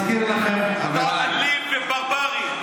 אני מזכיר לכם, אתה אלים וברברי.